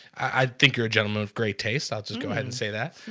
i think you're a gentleman of great taste. i'll just go ahead and say that